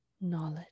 knowledge